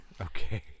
Okay